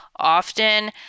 often